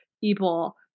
people